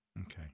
Okay